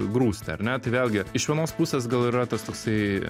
grūsti ar ne tai vėlgi iš vienos pusės gal yra tas toksai